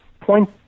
point